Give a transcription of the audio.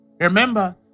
Remember